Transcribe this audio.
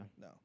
No